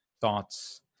thoughts